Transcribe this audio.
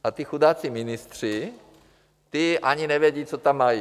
A ti chudáci ministři, ti ani nevědí, co tam mají.